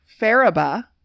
Faraba